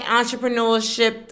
entrepreneurship